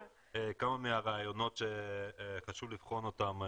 כמה מהרעיונות שחשוב לבחון אותם.